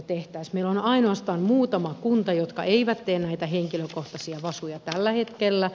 meillä on ainoastaan muutama kunta jotka eivät tee näitä henkilökohtaisia vasuja tällä hetkellä